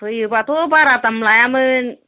फैयोबाथ' बारा दाम लायामोन